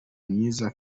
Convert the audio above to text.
myiza